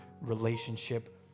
relationship